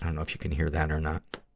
know if you can hear that or not.